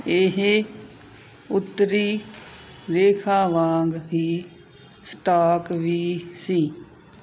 ਇਹ ਉੱਤਰੀ ਰੇਖਾ ਵਾਂਗ ਹੀ ਸਟਾਕ ਵੀ ਸੀ